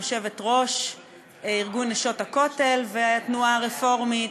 יושבת-ראש ארגון "נשות הכותל" והתנועה הרפורמית,